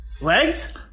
legs